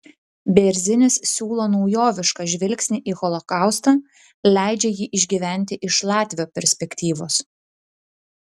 bėrzinis siūlo naujovišką žvilgsnį į holokaustą leidžia jį išgyventi iš latvio perspektyvos